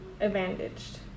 advantaged